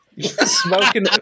smoking